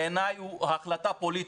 בעיניי הוא החלטה פוליטית.